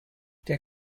der